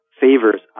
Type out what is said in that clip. favors